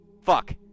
fuck